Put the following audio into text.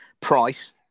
price